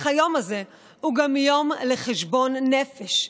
אך היום הזה הוא גם יום לחשבון נפש,